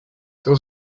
there